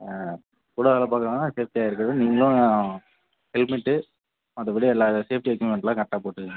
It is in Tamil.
ஆ கூட வேலை பார்க்கறவங்களும் சேஃப்டியாக இருக்கணும் நீங்களும் ஹெல்மெட்டு மற்றபடி எல்லா சேஃப்டி எக்யூப்மெண்ட்லாம் கரெக்டாக போட்டுக்கோங்க